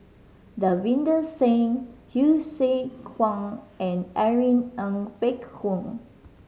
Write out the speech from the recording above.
Davinder Singh Hsu Tse Kwang and Irene Ng Phek Hoong